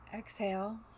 Exhale